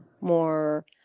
more